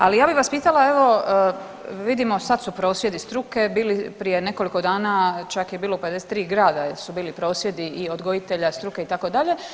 Ali ja bih vas pitala evo vidimo sad su prosvjedi struke bili prije nekoliko dana, čak je bilo 53 grada jer su bili prosvjedi i odgojitelja struke itd.